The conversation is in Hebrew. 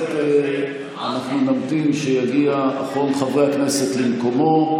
אנחנו נמתין שיגיע אחרון חברי הכנסת למקומו.